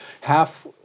half